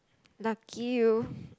luckily